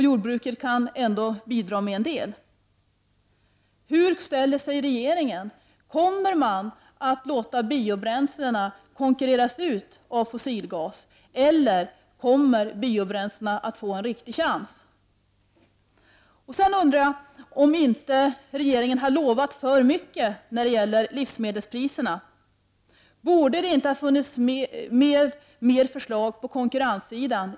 Jordbruket kan ändå bidra med en del. Hur ställer sig regeringen — kommer man att låta biobränslena konkurreras ut av fossilgas eller kommer biobränslena att få en riktigt chans? Sedan undrar jag om inte regeringen har lovat för mycket när det gäller livsmedelspriserna. Borde inte förslaget ha innehållit mera på konkurrenssidan?